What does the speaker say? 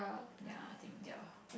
ya I think ya